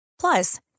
Plus